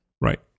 Right